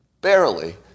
barely